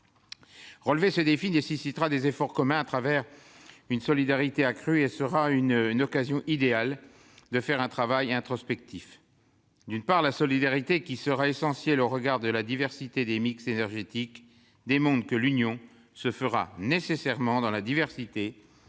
Relever ce défi nécessitera des efforts communs, consentis au travers d'une solidarité accrue. Ce sera une occasion idéale de réaliser un travail d'introspection. D'une part, la solidarité sera essentielle au regard de la diversité des mix énergétiques, sachant que l'Union s'effectuera nécessairement dans la diversité.